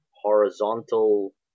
horizontal